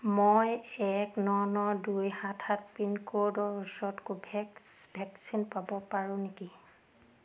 মই এক ন ন দুই সাত সাত পিনক'ডৰ ওচৰত কোভোভেক্স ভেকচিন পাব পাৰোঁ নেকি